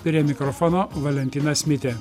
prie mikrofono valentinas mitė